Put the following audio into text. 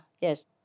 yes